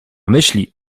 myśli